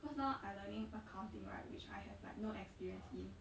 cause now I learning accounting right which I have like no experience in